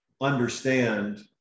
understand